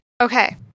Okay